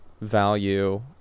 value